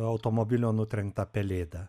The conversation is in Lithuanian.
automobilio nutrenktą pelėdą